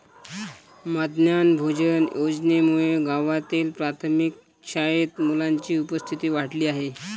माध्यान्ह भोजन योजनेमुळे गावातील प्राथमिक शाळेत मुलांची उपस्थिती वाढली आहे